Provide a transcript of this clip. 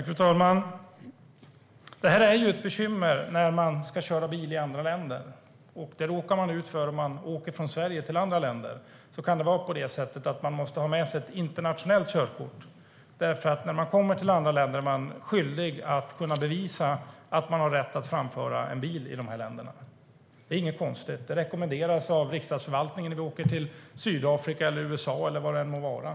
Fru talman! Detta är ett bekymmer när man ska köra bil i andra länder. Det råkar man ut för om man åker från Sverige till andra länder. Då kan det vara på det sättet att man måste ha med sig ett internationellt körkort. När man kommer till andra länder är man skyldig att kunna bevisa att man har rätt att framföra en bil i dessa länder. Det är inget konstigt. Det rekommenderas av riksdagsförvaltningen när vi åker till Sydafrika, USA eller vad det än må vara.